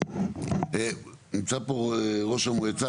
נמצא פה ראש המועצה,